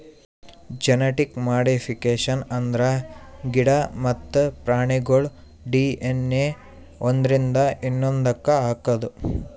genetic modification ಅಂದ್ರ ಗಿಡ ಮತ್ತ್ ಪ್ರಾಣಿಗೋಳ್ ಡಿ.ಎನ್.ಎ ಒಂದ್ರಿಂದ ಇನ್ನೊಂದಕ್ಕ್ ಹಾಕದು